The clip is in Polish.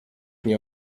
nie